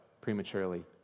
prematurely